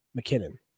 McKinnon